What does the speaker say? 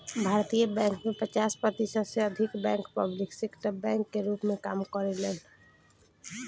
भारतीय बैंक में पचास प्रतिशत से अधिक बैंक पब्लिक सेक्टर बैंक के रूप में काम करेलेन